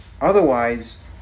Otherwise